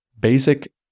basic